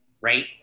right